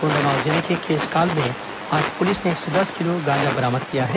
कोंडागांव जिले के केशकाल में आज पुलिस ने एक सौ दस किलो गांजा बरामद किया है